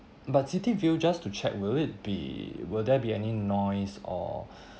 but city view just to check will it be will there be any noise or